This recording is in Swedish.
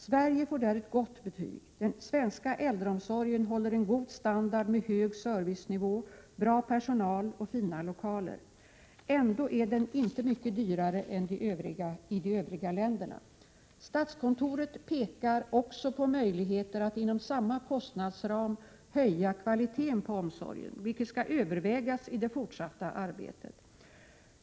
Sverige får där ett gott betyg: den svenska äldreomsorgen håller en god standard med hög servicenivå, bra personal och fina lokaler. Ändå är den inte mycket dyrare än i de övriga länderna. Statskontoret pekar också på möjligheter att inom samma kostnadsram höja kvaliteten på omsorgen, vilket skall övervägas i det fortsatta arbetet.